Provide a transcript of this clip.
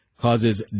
causes